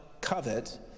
covet